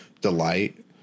delight